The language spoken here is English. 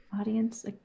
audience